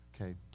Okay